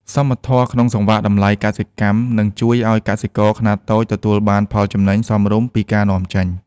សមធម៌ក្នុងសង្វាក់តម្លៃកសិកម្ម នឹងជួយឱ្យកសិករខ្នាតតូចទទួលបានផលចំណេញសមរម្យពីការនាំចេញ។